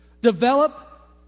Develop